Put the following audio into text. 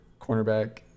cornerback